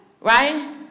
right